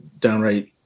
downright